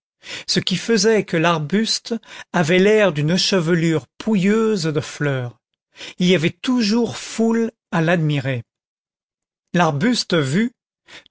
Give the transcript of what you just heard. ce qui faisait que l'arbuste avait l'air d'une chevelure pouilleuse de fleurs il y avait toujours foule à l'admirer l'arbuste vu